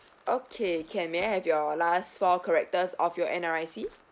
okay can may I have your last four characters of your N_R_I_C